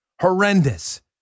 horrendous